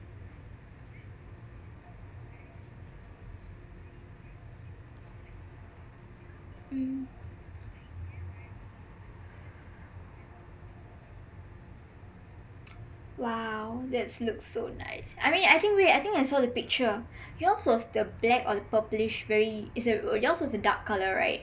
mm !wow! that looks so nice I mean I think we I think I saw the picture yours was the black or the purplish very is a yours was the dark colour right